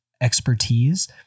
expertise